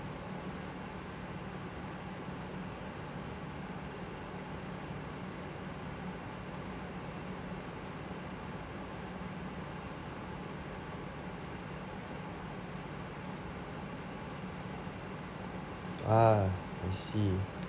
ah I see